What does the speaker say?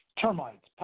termites